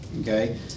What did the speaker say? okay